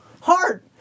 hard